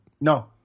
No